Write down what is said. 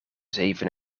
zeven